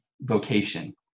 vocation